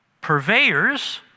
purveyors